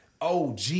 OG